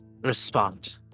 respond